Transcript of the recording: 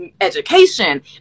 education